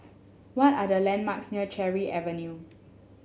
what are the landmarks near Cherry Avenue